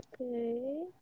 Okay